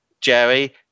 Jerry